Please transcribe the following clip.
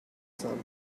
some